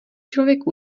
člověk